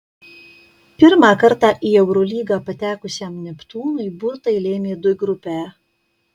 pirmą kartą į eurolygą patekusiam neptūnui burtai lėmė d grupę